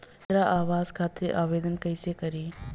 इंद्रा आवास खातिर आवेदन कइसे करि?